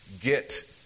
get